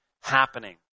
happening